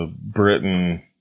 Britain